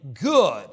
good